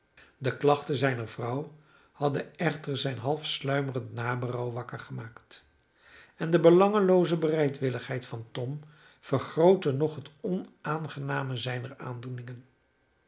de klachten zijner vrouw hadden echter zijn halfsluimerend naberouw wakker gemaakt en de belangelooze bereidwilligheid van tom vergrootte nog het onaangename zijner aandoeningen